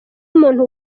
muntu